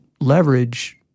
leverage